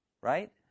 right